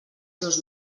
seus